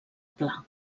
pla